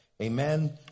Amen